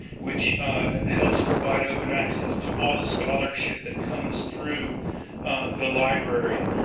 which helps provide open access to all the scholarship that comes through the library.